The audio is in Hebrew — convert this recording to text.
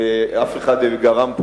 אף אחד לא גרם פה,